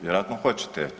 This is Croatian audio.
Vjerojatno hoćete.